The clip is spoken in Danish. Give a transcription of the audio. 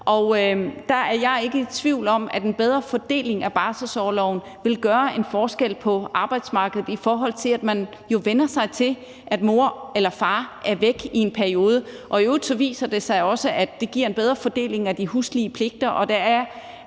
og der er jeg ikke i tvivl om, at en bedre fordeling af barselsorloven vil gøre en forskel på arbejdsmarkedet, i forhold til at man jo vænner sig til, at mor eller far er væk i en periode. I øvrigt viser det sig også, at det giver en bedre fordeling af de huslige pligter, og at der er